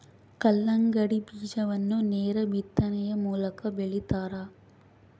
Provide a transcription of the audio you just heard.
ಕಲ್ಲಂಗಡಿ ಬೀಜವನ್ನು ನೇರ ಬಿತ್ತನೆಯ ಮೂಲಕ ಬೆಳಿತಾರ